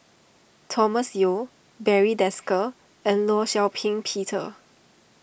Thomas Yeo Barry Desker and Law Shau Ping Peter